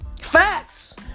Facts